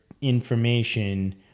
information